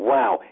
Wow